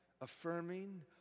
affirming